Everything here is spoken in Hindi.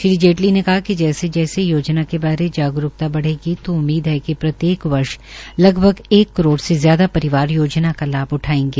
श्री जेटली ने कहा कि जैसे जैसे योजना के बारे जागरूकता बढ़ेगी तो उम्मीद है कि प्रत्येक वर्ष लगभग एक करोड़ से ज्यादा परिवार योजना का लाभ उठायेंगे